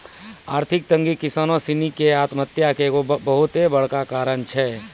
आर्थिक तंगी किसानो सिनी के आत्महत्या के एगो बहुते बड़का कारण छै